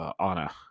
Anna